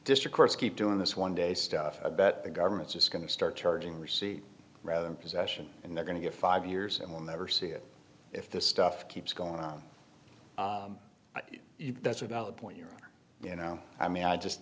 district courts keep doing this one day stuff i bet the government's just going to start charging receipt rather possession and they're going to get five years and we'll never see it if this stuff keeps going on that's a valid point here you know i mean i just